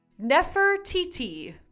Nefertiti